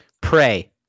Pray